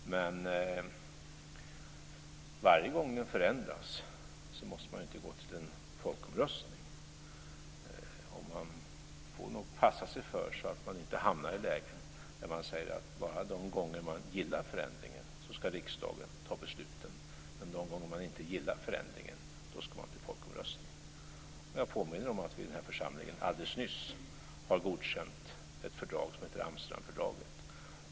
Men varje gång den förändras måste man inte gå till en folkomröstning. Man får nog passa sig så att man inte hamnar i ett läge där man säger att riksdagen ska fatta besluten bara de gånger man gillar förändringen. Men de gånger man inte gillar förändringen ska man ta till folkomröstning. Jag påminner om att vi i den här församlingen alldeles nyss har godkänt ett fördrag som heter Amsterdamfördraget.